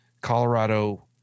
Colorado